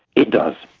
it does.